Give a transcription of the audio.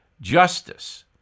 justice